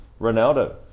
Ronaldo